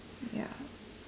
ya